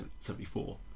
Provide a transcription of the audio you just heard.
1974